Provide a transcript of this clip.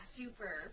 super